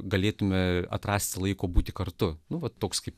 galėtumėme atrasti laiko būti kartu nuolat toks kaip